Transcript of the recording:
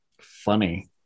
funny